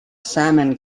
salmon